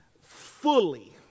fully